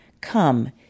Come